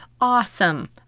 awesome